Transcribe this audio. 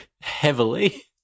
heavily